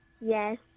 Yes